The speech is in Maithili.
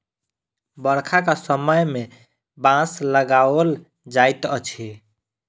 बरखाक समय मे बाँस लगाओल जाइत अछि